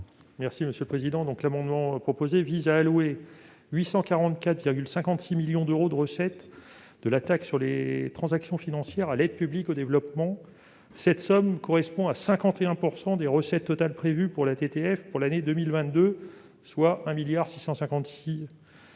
Cozic. Cet amendement vise à allouer 844,56 millions d'euros des recettes de la taxe sur les transactions financières (TTF) à l'aide publique au développement. Cette somme correspond à 51 % des recettes totales prévues pour la TTF pour l'année 2022, soit 1,656 milliard